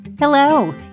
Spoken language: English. Hello